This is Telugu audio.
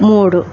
మూడు